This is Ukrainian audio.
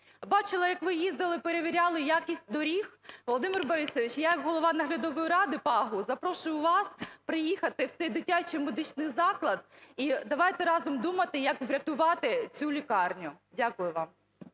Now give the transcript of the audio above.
Бачила, як ви їздили перевіряли якість доріг. Володимир Борисович, я як голова наглядової ради ПАГу запрошую вас приїхати в цей дитячій медичний заклад. І давайте разом думати, як врятувати цю лікарню. Дякую вам.